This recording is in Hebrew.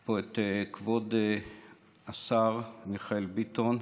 יש פה את כבוד השר מיכאל ביטון,